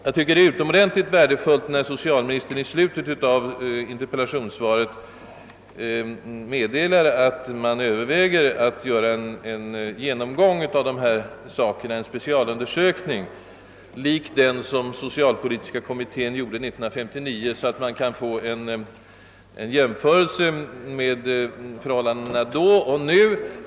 Jag tycker det är mycket värdefullt att socialministern i slutet av interpellationssvaret meddelar, att man överväger att göra en specialundersökning lik den som socialpolitiska kommittén gjorde 1959, så att man får en jämförelse mellan förhållandena då och nu.